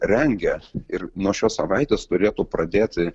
rengia ir nuo šios savaitės turėtų pradėti